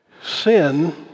Sin